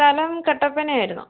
സ്ഥലം കട്ടപ്പനയായിരുന്നു